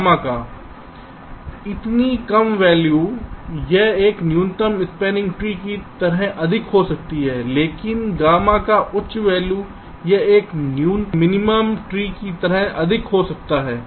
gamma का इतनी कम वैल्यू यह एक न्यूनतम स्पॅनिंग ट्री की तरह अधिक हो जाता है लेकिन गामा का उच्च वैल्यू यह एक मिनिमम ट्री की तरह अधिक हो जाता है